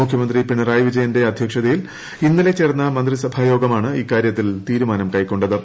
മുഖ്യമന്ത്രി പിണറായി വിജയന്റെ അധ്യക്ഷതയിൽ ഇന്നലെ ചേർന്ന മന്ത്രിസഭാ യോഗമാണ് ഇക്കാര്യത്തിൽ തീരുമാനം കൈക്കൊണ്ടത്